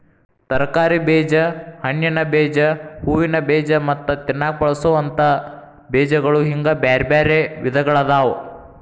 ತರಕಾರಿ ಬೇಜ, ಹಣ್ಣಿನ ಬೇಜ, ಹೂವಿನ ಬೇಜ ಮತ್ತ ತಿನ್ನಾಕ ಬಳಸೋವಂತ ಬೇಜಗಳು ಹಿಂಗ್ ಬ್ಯಾರ್ಬ್ಯಾರೇ ವಿಧಗಳಾದವ